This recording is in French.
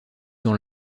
dans